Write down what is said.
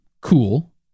Cool